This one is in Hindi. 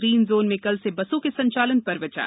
ग्रीन जाम में कल स बसों क संचालन पर विचार